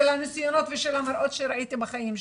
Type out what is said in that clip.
הניסיונות ושל המראות שראיתי בחיים שלי.